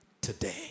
today